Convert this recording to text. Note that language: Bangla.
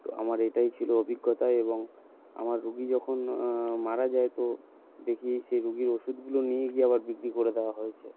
তো আমার এটাই ছিল অভিজ্ঞতা এবং আমার রুগী যখন মারা যায় তো দেখি সেই রুগীর ওষুধগুলো নিয়ে গিয়ে আবার বিক্রি করে দেওয়া হয়েছে